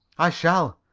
i shall.